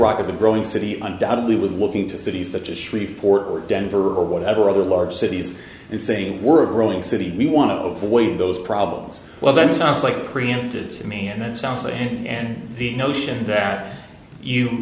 rock is a growing city undoubtedly with looking to cities such as shreveport or denver or whatever other large cities and saying we're a growing city we want to avoid those problems well that sounds like preempted to me and it sounds like and the notion that you